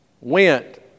went